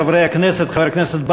חברי הכנסת,